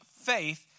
faith